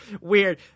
weird